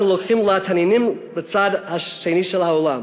לוקחים לה את הנינים לצד השני של העולם.